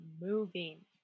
moving